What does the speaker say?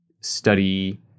study